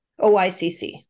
OICC